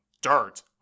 dirt